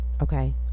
okay